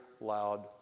loud